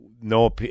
no